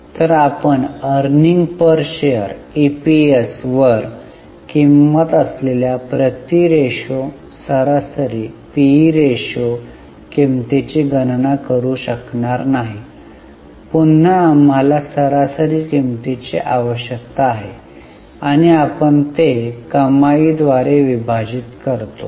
तर आपण Earning Per Share EPS वर किंमत असलेल्या प्रति रेश्यो सरासरी पीई रेशो किंमतीची गणना करू शकणार नाही पुन्हा आम्हाला सरासरी किंमतीची आवश्यकता आहे आणि आपण ते कमाई द्वारे विभाजित करतो